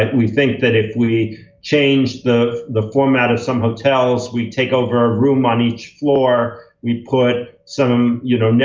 we think that if we change the the format of some hotels, we take over a room on each floor, we put some, you know know,